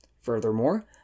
Furthermore